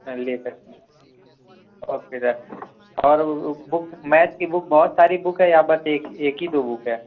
لے sir okay sir اور وہ بک میتھ کی بک بہت ساری بک ہے یا بس ایک ایک ہی دو بک ہے